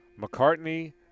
McCartney